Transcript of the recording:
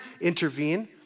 intervene